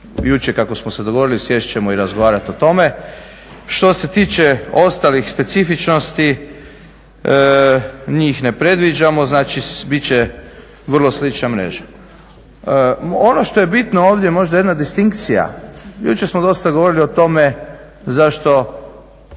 jučer kako smo se dogovorili sjesti ćemo i razgovarati o tome. Što se tiče ostalih specifičnosti, njih ne predviđamo, znači biti će vrlo slična mreža. Ono što je bitno ovdje možda jedna distinkcija. Jučer smo dosta govorili o tome zašto